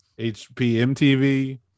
HPMTV